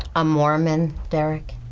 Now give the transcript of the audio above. a mormon, derek.